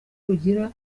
rugira